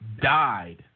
died